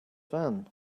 van